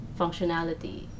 functionality